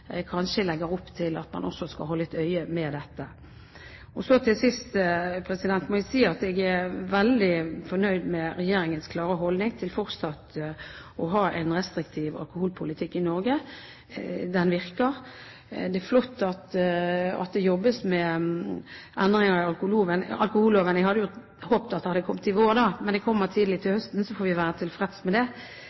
kanskje legger opp til at man også skal holde et øye med dette. Til sist må jeg si at jeg er veldig fornøyd med Regjeringens klare holdning til fortsatt å ha en restriktiv alkoholpolitikk i Norge. Den virker. Det er flott at det jobbes med endringer av alkoholloven. Jeg hadde håpet at saken hadde kommet i vår, men den kommer tidlig i høst. Vi får være tilfreds med det.